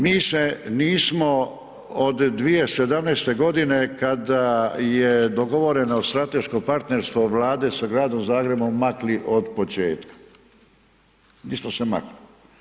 Mi se nismo od 2017.g., kada je dogovoreno strateško partnerstvo Vlade sa Gradom Zagrebom, makli od početka, nismo se makli.